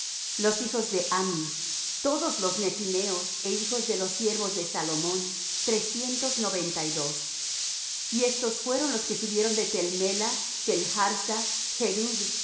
los hijos de ami todos los nethineos é hijos de los siervos de salomón trescientos noventa y dos y estos fueron los que subieron de tel mela tel harsa chrub